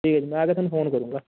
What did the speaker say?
ਠੀਕ ਹੈ ਜੀ ਮੈਂ ਆ ਕੇ ਤੁਹਾਨੂੰ ਫੋਨ ਕਰੂੰਗਾ